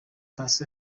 paccy